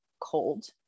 cold